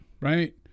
right